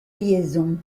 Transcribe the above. liaisons